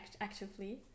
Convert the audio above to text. actively